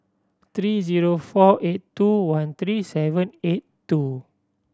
three zero four eight two one three seven eight two